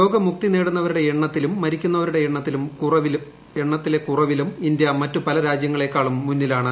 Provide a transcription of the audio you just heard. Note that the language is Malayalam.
രോഗമുക്തി നേടുന്ന്പ്രിമുട്ട എണ്ണത്തിലും മരിക്കുന്നവരുടെ എണ്ണത്തിലെ കുറവിലും ഇന്ത്യ മറ്റ് പല രാജ്യങ്ങളെക്കാളും മുന്നിലാണ്